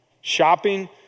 Shopping